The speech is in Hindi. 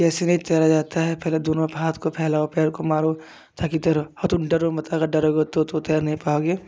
की ऐसे नहीं तैरा जाता है पहले दोनों हाथ को फैलाओ पैर को मारो ताकि तैरो और तुम डरो मत अगर डरोगे तो तैर नहीं पाओगे